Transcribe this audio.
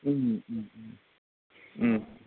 उम उम उम